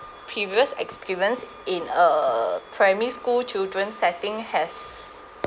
previous experience in a primary school children setting has